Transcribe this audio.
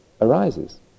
arises